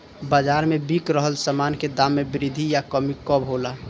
बाज़ार में बिक रहल सामान के दाम में वृद्धि या कमी कब होला?